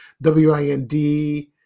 WIND